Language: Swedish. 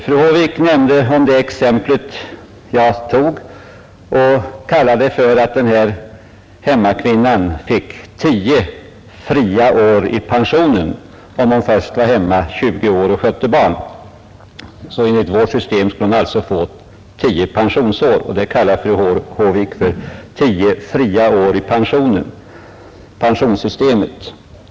Fru Håvik kommenterade det exempel jag nämnde och sade att denna hemmakvinna fick tio fria år i pensionssystemet om hon först var hemma under 20 år och skötte barn. Enligt vårt system skulle hon få tillgodoräkna sig tio pensionsår och det är alltså dessa som fru Håvik kallar tio fria år i pensionssystemet.